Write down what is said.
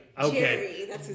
Okay